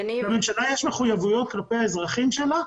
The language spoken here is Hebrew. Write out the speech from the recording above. לממשלה יש מחויבויות כלפי האזרחים שלה,